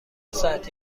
ساعتی